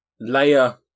layer